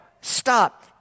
stop